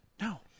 No